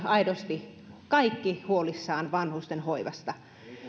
aidosti kaikki huolissamme vanhustenhoivasta